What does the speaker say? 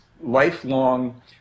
lifelong